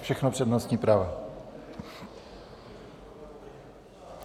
Všechno přednostní práva.